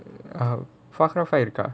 பாக்குறப்பையோ இருக்க:paakurappaiyo iruka